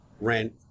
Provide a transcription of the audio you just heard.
rent